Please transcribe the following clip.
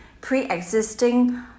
pre-existing